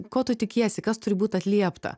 ko tu tikiesi kas turi būt atliepta